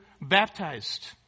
baptized